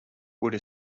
would